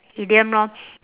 idiom lor